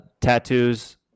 tattoos